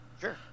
sure